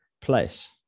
place